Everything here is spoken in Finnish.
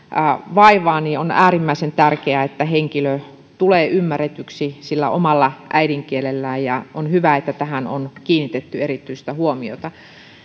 vaivaa on äärimmäisen tärkeää että henkilö tulee ymmärretyksi sillä omalla äidinkielellään ja on hyvä että tähän on kiinnitetty erityistä huomiota